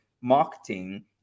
marketing